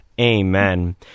Amen